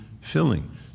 filling